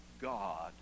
God